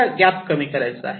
आपल्याला गॅप कमी करायचा आहे